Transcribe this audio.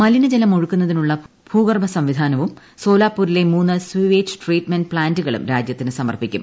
മലിന ജലം ഒഴുക്കുന്നതിനുള്ള ഭൂഗർഭ സംവിധാനവും സോലാപൂരിലെ മൂന്ന് സ്വീവേജ് ട്രീറ്റ്മെന്റ് പ്ലാന്റുകളും രാജ്യത്തിന് സമർപ്പിക്കും